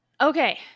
Okay